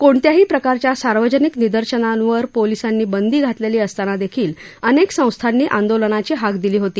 कोणत्याही प्रकारच्या सार्वजनिक निदर्शनांवर पोलिसांनी बंदी घातलक्षी असताना दख्खील अनक्क संस्थांनी आंदोलनाची हाक दिली होती